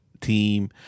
team